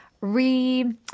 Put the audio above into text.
re